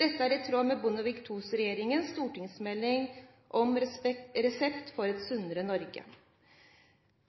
Dette er i tråd med Bondevik II-regjeringens stortingsmelding Resept for et sunnere Norge.